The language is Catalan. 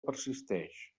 persisteix